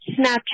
Snapchat